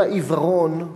"על העיוורון"